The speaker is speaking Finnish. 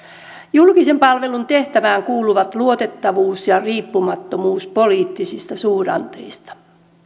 julkisen palvelun tehtävään kuuluvat luotettavuus ja riippumattomuus poliittisista suhdanteista